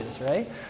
right